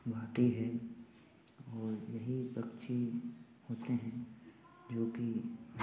भाते है और यही पक्षी होते हैं जो की